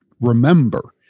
remember